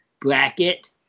bracket